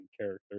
character